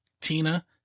Tina